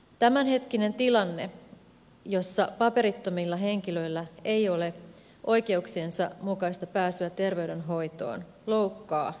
tämänhetkinen tilanne jossa paperittomilla henkilöillä ei ole oikeuksiensa mukaista pääsyä terveydenhoitoon loukkaa ihmisoikeuksia